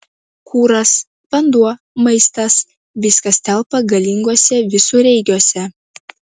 kuras vanduo maistas viskas telpa galinguose visureigiuose